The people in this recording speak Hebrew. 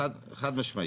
חד משמעית.